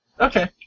Okay